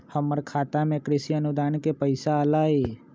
हमर खाता में कृषि अनुदान के पैसा अलई?